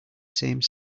same